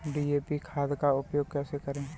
DAP खाद का उपयोग कैसे करें?